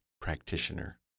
practitioner